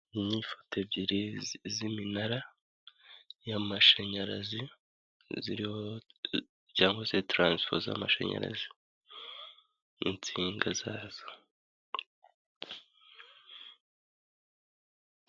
Izi n'ifoto ebyiri z'iminara y'amashanyarazi, ziriho cyangwa se taransifo z'amashanyarazi, n'insinga zazo.